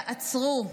תעצרו,